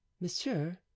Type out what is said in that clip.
Monsieur